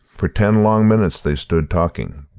for ten long minutes they stood talking,